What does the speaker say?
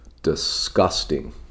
disgusting